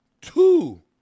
two